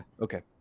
Okay